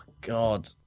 God